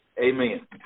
amen